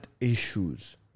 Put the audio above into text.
issues